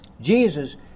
Jesus